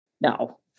No